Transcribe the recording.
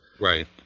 Right